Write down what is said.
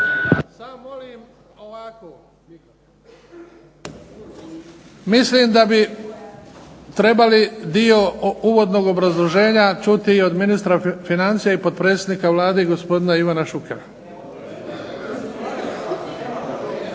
Mislim da bi trebali dio uvodnog obrazloženja čuti i od ministra financija i potpredsjednika Vlade, gospodina Ivana Šukera.